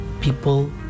people